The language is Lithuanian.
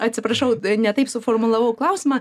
atsiprašau ne taip suformulavau klausimą